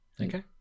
Okay